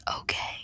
okay